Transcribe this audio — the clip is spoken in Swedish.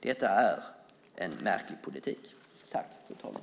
Detta är en märklig politik, fru talman!